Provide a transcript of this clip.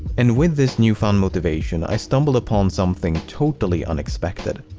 and with this newfound motivation i stumbled upon something totally unexpected.